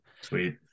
Sweet